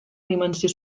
dimensió